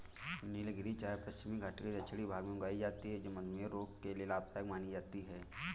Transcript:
नीलगिरी चाय पश्चिमी घाटी के दक्षिणी भाग में उगाई जाती है जो मधुमेह रोग के लिए लाभदायक मानी जाती है